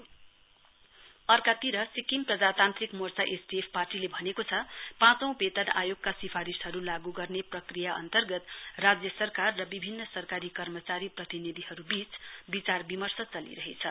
SDF अर्कातिर सिक्किम प्रजातान्त्रिक मोर्चा एसडिएफ पार्टीले भनेको छ पाँचौं वेतन आयोगका सिफारिशहरु लागू गर्ने प्रक्रिया अन्तर्गत राज्य सरकार र विभिन्न सरकारी कर्मचारी प्रतिनिधिहरुवीच विचारविमर्श चलिरहेछ